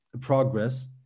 progress